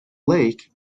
lake